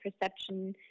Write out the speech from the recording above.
perception